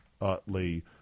Utley